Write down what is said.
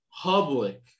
public